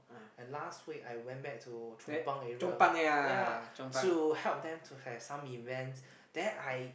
and last week I went back to Chong-pang area ya to help them to have some events then I